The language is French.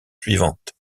suivantes